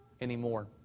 anymore